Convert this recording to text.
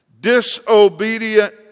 disobedient